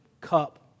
cup